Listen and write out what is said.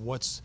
what's